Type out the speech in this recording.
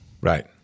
Right